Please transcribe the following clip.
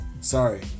sorry